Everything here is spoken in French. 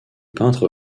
peintre